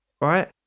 right